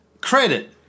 credit